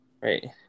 Right